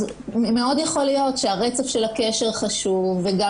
אז מאוד יכול להיות שהרצף של הקשר חשוב וגם